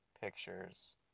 pictures